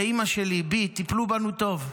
באימא שלי, בי, טיפלו בנו טוב.